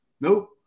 Nope